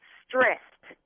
stressed